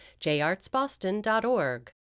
jartsboston.org